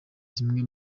zimwe